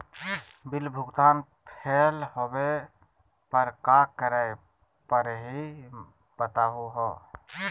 Bill भुगतान fail होवे पर का करै परही, बताहु हो?